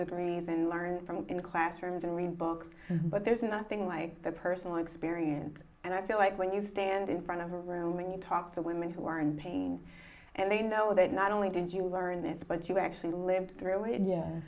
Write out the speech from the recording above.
degrees and learn from in classrooms and read books but there's nothing like the personal experience and i feel like when you stand in front of a room and you talk to women who are in pain and they know that not only did you learn this but you actually lived through it y